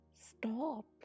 Stop